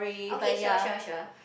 okay sure sure sure